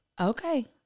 Okay